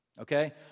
Okay